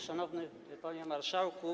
Szanowny Panie Marszałku!